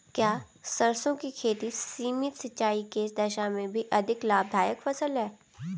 क्या सरसों की खेती सीमित सिंचाई की दशा में भी अधिक लाभदायक फसल है?